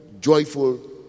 joyful